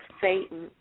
Satan